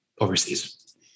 overseas